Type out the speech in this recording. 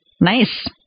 Nice